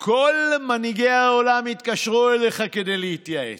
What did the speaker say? כל מנהיגי העולם התקשרו אליך כדי להתייעץ,